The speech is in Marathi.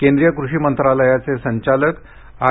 केंद्रीय कृषी मंत्रालयाचे संचालक आर